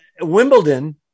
Wimbledon